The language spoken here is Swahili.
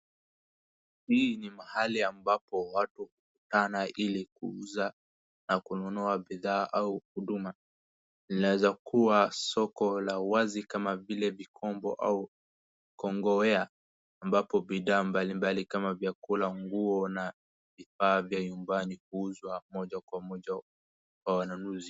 Hii ni mahali ambapo watu ukutana ili kuuza na kununua bidhaa au huduma. Inawezakuwa soko la wazi kama vile Gikombo au Kongowea ambapo bidhaa mbali mbali kama vyakula, nguo na vifaa vya nyumbani huuzwa moja kwa moja kwa wanunuzi.